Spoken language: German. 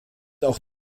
auch